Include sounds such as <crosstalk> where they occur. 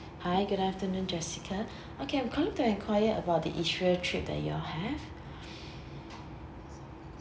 hi good afternoon jessica <breath> okay I'm calling to enquire about the israel trip that you all have